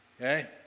Okay